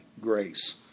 grace